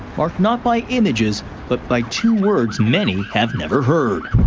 marked not by images but by two words many have never heard.